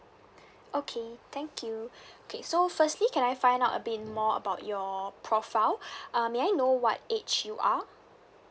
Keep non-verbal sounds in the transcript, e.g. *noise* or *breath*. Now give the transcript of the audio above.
okay thank you okay so firstly can I find out a bit more about your profile *breath* uh may I know what age you are